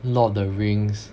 Lord of the Rings